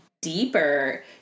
deeper